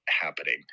happening